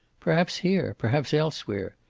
perhaps here. perhaps elsewhere.